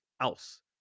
else